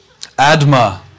Adma